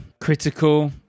critical